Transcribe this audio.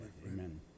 Amen